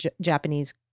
Japanese